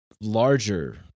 larger